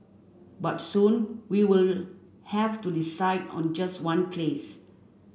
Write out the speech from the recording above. but soon we will have to decide on just one place